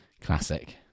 Classic